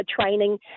training